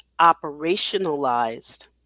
operationalized